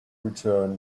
return